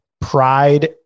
pride